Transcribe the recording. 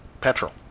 Petrol